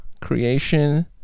creation